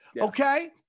okay